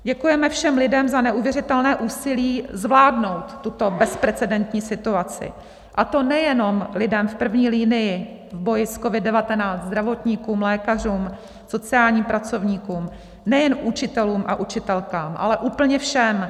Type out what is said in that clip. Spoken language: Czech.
Děkujeme všem lidem za neuvěřitelné úsilí zvládnout tuto bezprecedentní situaci, a to nejenom lidem v první linii v boji s COVID19, zdravotníkům, lékařům, sociálním pracovníkům, nejen učitelům a učitelkám, ale úplně všem.